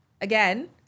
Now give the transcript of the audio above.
again